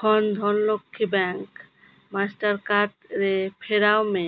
ᱠᱷᱚᱱ Dhanlaxmi bank Mastercard ᱨᱮ ᱯᱷᱮᱨᱟᱣ ᱢᱮ